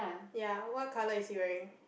ya what color is he wearing